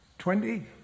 Twenty